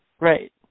right